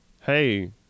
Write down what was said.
hey